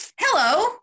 Hello